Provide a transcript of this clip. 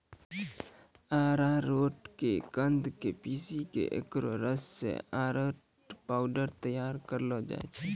अरारोट के कंद क पीसी क एकरो रस सॅ अरारोट पाउडर तैयार करलो जाय छै